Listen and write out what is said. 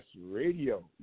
Radio